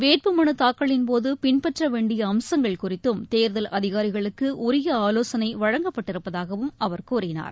வேட்பு மனு தாக்கலின் போது பின்பற்ற வேண்டிய அம்சங்கள் குறித்தும் தேர்தல் அதிகாரிகளுக்கு உரிய ஆலோசனை வழங்கப்பட்டிருப்பதாகவும் அவர் கூறினார்